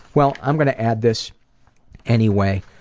well i'm going to add this anyway.